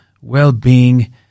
well-being